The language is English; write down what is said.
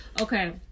okay